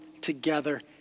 together